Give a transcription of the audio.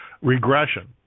Regression